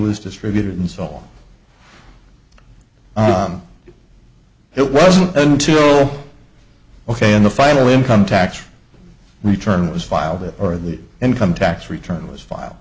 was distributed and so on it wasn't until ok in the final income tax return was filed with or the income tax return was file